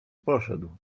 poszedł